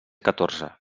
catorze